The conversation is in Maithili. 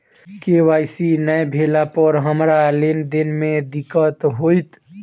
के.वाई.सी नै भेला पर हमरा लेन देन मे दिक्कत होइत?